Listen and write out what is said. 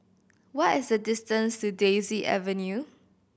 what is the distance to Daisy Avenue